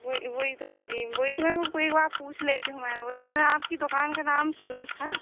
वही वही तो दीदी वही तो मैं को एक बार पूछ लेती हूँ मैंने बोली मैंने आपकी दुकान का नाम सुना था